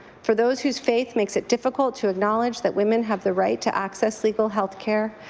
for those whose faith makes it difficult to acknowledge that women have the right to access legal health care,